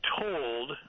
told